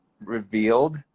revealed